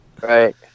right